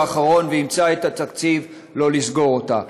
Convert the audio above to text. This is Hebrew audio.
האחרון וימצא את התקציב כדי לא לסגור אותה.